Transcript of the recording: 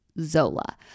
Zola